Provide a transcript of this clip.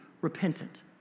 Repentant